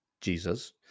Jesus